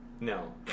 No